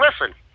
listen